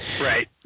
Right